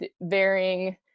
varying